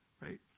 right